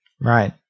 Right